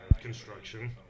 Construction